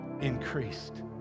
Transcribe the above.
increased